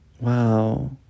wow